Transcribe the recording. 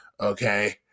okay